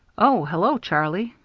oh, hello, charlie.